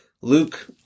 Luke